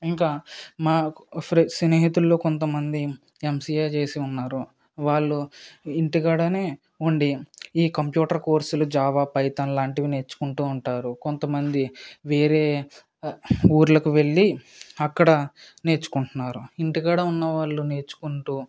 ఇంకా మా ఫ్రెం స్నేహితులలో కొంతమంది ఎంసీఏ చేసి ఉన్నారు వాళ్ళు ఇంటికాడ ఉండి ఈ కంప్యూటర్ కోర్సులు జావా పైతాన్ లాంటివి నేర్చుకుంటు ఉంటారు కొంతమంది వేరే ఊళ్ళకు వెళ్ళి అక్కడ నేర్చుకుంటున్నారు ఇంటికాడ ఉన్నవాళ్ళు నేర్చుకుంటు